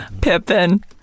Pippin